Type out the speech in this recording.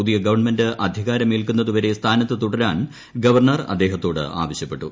പുതിയ ഗവൺമെന്റ് അധികാരമേൽക്കുന്നതുവരെ സ്ഥാനത്ത് തുടരാൻ ഗവർണർ അദ്ദേഹത്തോട് ആവശ്യപ്പെട്ടു